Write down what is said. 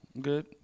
good